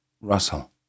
Russell